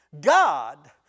God